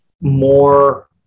more